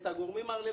את הגורמים הרלוונטיים.